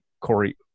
Corey